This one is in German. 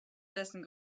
dessen